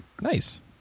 Nice